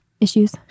issues